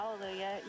hallelujah